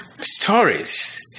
stories